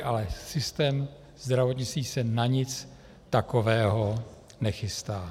Ale systém zdravotnictví se na nic takového nechystá.